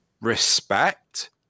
respect